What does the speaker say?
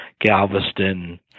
Galveston